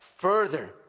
Further